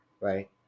Right